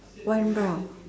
one brown